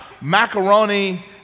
Macaroni